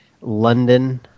London